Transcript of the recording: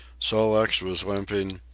sol-leks was limping,